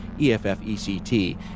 E-F-F-E-C-T